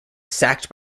sacked